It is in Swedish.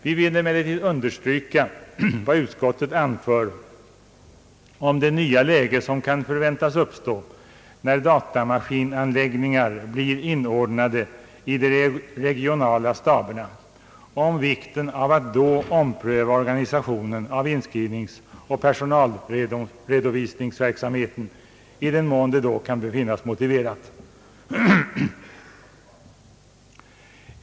Vi vill emellertid understryka vad utskotiet anför om det nya läge som kan förväntas uppstå när datamaskinanläggningar blir inordnade i de regionala staberna och om vikten av att då ompröva organisationen av inskrivningsoch personalredovisningsverksamheten i den mån det då kan befinnas motiverat.